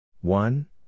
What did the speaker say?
one